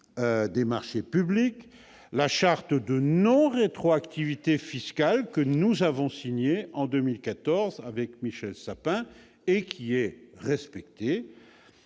des marchés publics, la charte de non-rétroactivité fiscale, que nous avons signée en 2014 avec Michel Sapin et qui est respectée,